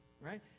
right